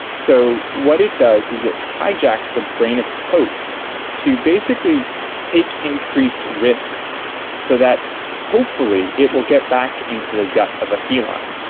so what it does is it hijacks the brain of its host to basically take increased risks so that hopefully it will get back into the gut of a feline.